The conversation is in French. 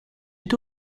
est